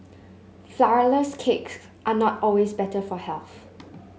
flourless cakes are not always better for health